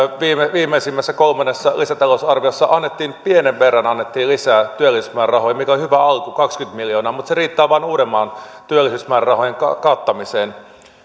viimeisimmässä kolmannessa lisätalousarviossa annettiin pienen verran lisää työllisyysmäärärahoihin mikä oli hyvä alku kaksikymmentä miljoonaa mutta se riittää vain uudenmaan työllisyysmäärärahojen kattamiseen